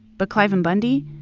but cliven bundy?